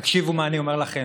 תקשיבו מה אני אומר לכם,